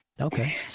okay